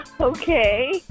Okay